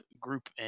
group